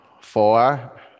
Four